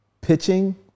pitching